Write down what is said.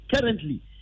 currently